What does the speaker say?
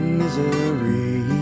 misery